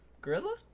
Gorilla